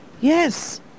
Yes